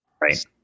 right